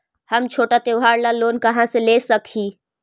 हम छोटा त्योहार ला लोन कहाँ से ले सक ही?